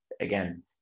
again